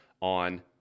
on